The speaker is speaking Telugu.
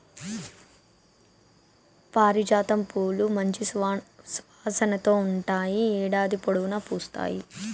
పారిజాతం పూలు మంచి సువాసనతో ఉంటాయి, ఏడాది పొడవునా పూస్తాయి